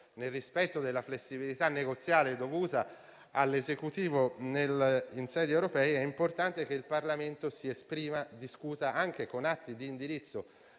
Nel rispetto della flessibilità negoziale dovuta all'Esecutivo in sede europea, è importante che il Parlamento si esprima e discuta, anche con atti di indirizzo